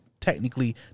technically